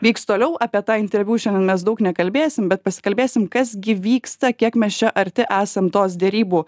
vyks toliau apie tą interviu šiandien mes daug nekalbėsim bet pasikalbėsim kas gi vyksta kiek mes čia arti esam tos derybų